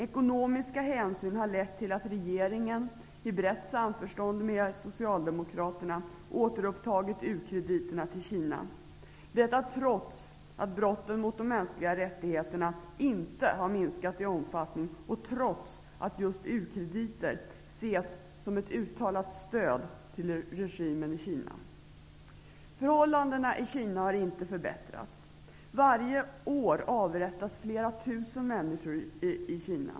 Ekonomiska hänsyn har lett till att regeringen, i brett samförstånd med Socialdemokraterna, återupptagit u-krediterna till Kina -- detta trots att brotten mot de mänskliga rättigheterna inte har minskat i omfattning och trots att just u-krediter ses som ett uttalat stöd till regimen i Kina. Förhållandena i Kina har inte förbättrats. Varje år avrättas flera tusen människor i Kina.